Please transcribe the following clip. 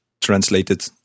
translated